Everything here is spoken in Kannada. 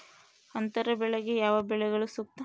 ಅಂತರ ಬೆಳೆಗೆ ಯಾವ ಬೆಳೆಗಳು ಸೂಕ್ತ?